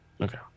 Okay